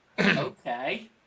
okay